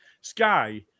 Sky